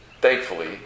thankfully